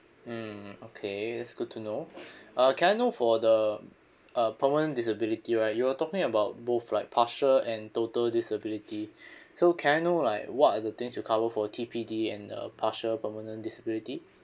hmm okay that's good to know uh can I know for the uh permanent disability right you were talking about both like partial and total disability so can I know like what are the things you cover for T_P_D and uh partial permanent disability